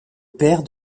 père